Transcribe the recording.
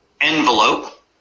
envelope